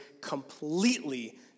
completely